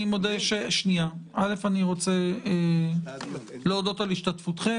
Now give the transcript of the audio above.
אני רוצה להודות על השתתפותכם.